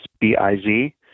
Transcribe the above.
B-I-Z